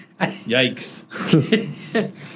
yikes